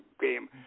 game